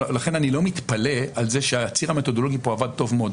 לכן אני לא מתפלא על זה שהציר המתודולוגי פה עבד טוב מאוד,